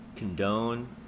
condone